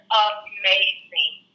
amazing